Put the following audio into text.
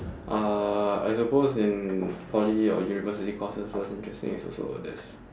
uh I suppose in poly or university courses what's interesting is also all this